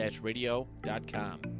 radio.com